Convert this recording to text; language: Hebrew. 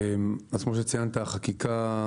אז כמו שציינת החקיקה,